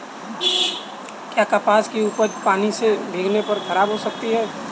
क्या कपास की उपज पानी से भीगने पर खराब हो सकती है?